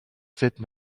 cette